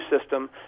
system